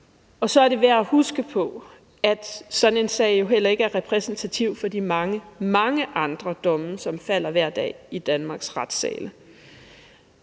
Og så er det værd at huske på, at sådan en sag jo heller ikke er repræsentativ for de mange, mange andre domme, som falder hver dag i Danmarks retssale.